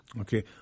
Okay